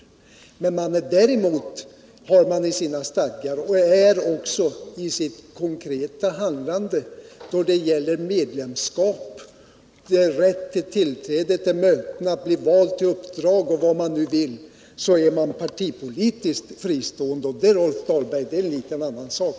Däremot har hyresgäströrelsen inskrivet i sina stadgar att den är partipolitiskt fristående och är det också i sitt handlande — då det gäller medlemskap, rätt till tillträde till möten, rätt att bli vald till uppdrag och vad man nu vill — och det är en annan sak, Rolf Dahlberg.